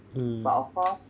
mm